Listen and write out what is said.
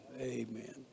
amen